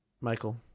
Michael